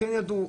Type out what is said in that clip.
כן ידעו,